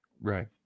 Right